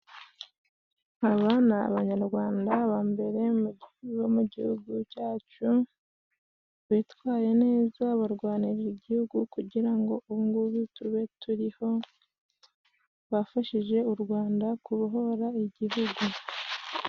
Aba ni abanyarwanda ba mbere bo mu gihugu cyacu, bitwaye neza barwanirira igihugu kugira ngo ubu ng'ubu tube turiho, bafashije u Rwanda kubohora igihugu.